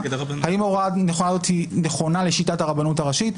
האם ההוראה הזאת נכונה לשיטת הרבנות הראשית.